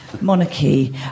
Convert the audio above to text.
monarchy